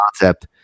concept